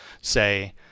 say